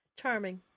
charming